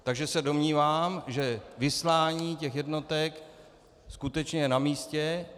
Takže se domnívám, že vyslání těch jednotek je skutečně namístě.